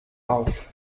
auf